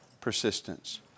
persistence